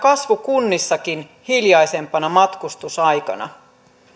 kasvukunnissakin hiljaisempana matkustusaikana